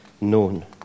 known